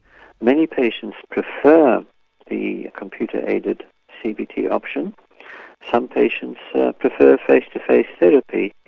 many patients prefer the computer aided cbt option some patients prefer face to face therapy.